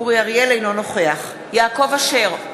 אינו נוכח יעקב אשר,